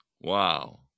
Wow